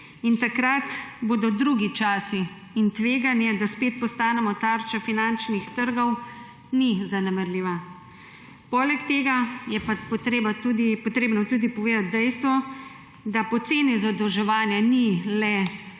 Takrat bodo drugi časi in tveganje, da spet postanemo tarča finančnih trgov, ni zanemarljivo. Poleg tega je pa potrebno tudi povedati dejstvo, da poceni zadolževanje ni le domena